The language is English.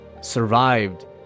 survived